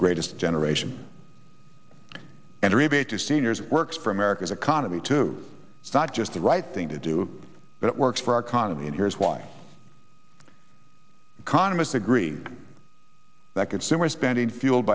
greatest generation and rebate to seniors works for america's economy too not just the right thing to do but it works for our connelly and here's why congress agree that consumer spending fueled